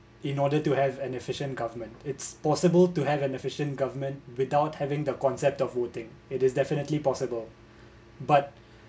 in order to have an efficient government it's possible to have an efficient government without having the concept of voting it is definitely possible but